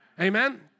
amen